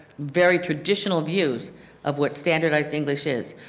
very traditional views of what standardize english is.